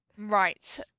right